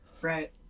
Right